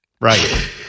right